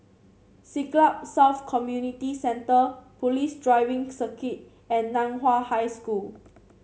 Siglap South Community Centre Police Driving Circuit and Nan Hua High School